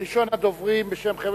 הצעת חוק